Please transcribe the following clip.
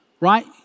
Right